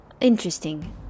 Interesting